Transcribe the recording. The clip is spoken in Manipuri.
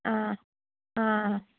ꯑꯥ ꯑꯥ